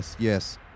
yes